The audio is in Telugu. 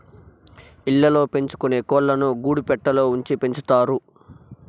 ఇళ్ళ ల్లో పెంచుకొనే కోళ్ళను గూడు పెట్టలో ఉంచి పెంచుతారు